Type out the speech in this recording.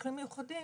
במקרים מיוחדים